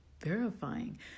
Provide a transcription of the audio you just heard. verifying